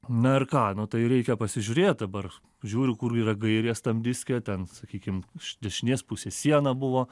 na ir ką nu tai reikia pasižiūrėt dabar žiūriu kur yra gairės tam diske ten sakykim iš dešnės pusės siena buvo